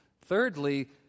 Thirdly